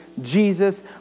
Jesus